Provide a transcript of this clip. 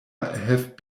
have